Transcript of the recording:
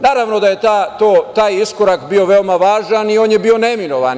Naravno, da je taj iskorak bio veoma važan i on je bio neminovan.